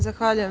Zahvaljujem.